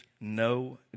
no